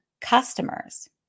customers